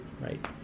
right